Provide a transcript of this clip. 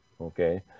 okay